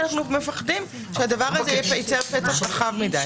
כי אנחנו מפחדים שהדבר הזה ייצר פתח רחב מדי.